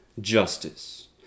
justice